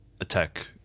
attack